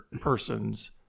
person's